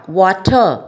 water